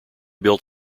built